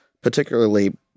particularly